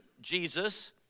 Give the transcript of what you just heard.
Jesus